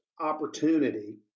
opportunity